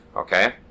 Okay